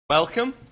Welcome